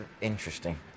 interesting